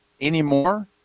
anymore